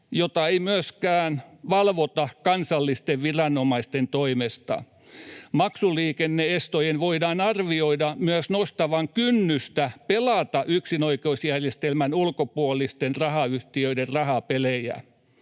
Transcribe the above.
jota ei myöskään valvota kansallisten viranomaisten toimesta. Maksuliikenne-estojen voidaan arvioida myös nostavan kynnystä pelata yksinoikeusjärjestelmän ulkopuolisten rahapeliyhtiöiden rahapelejä.